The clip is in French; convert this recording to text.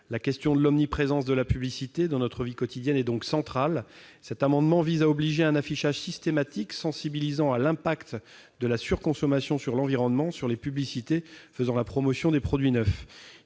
La question de l'omniprésence de la publicité dans notre vie quotidienne est centrale. Cet amendement vise à rendre obligatoire un affichage systématique, qui sensibilise à l'impact de la surconsommation sur l'environnement, sur les publicités faisant la promotion des produits neufs.